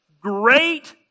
great